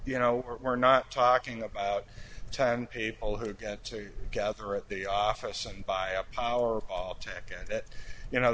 you know we're not talking about ten people who get to gather at the office and buy a powerball ticket you know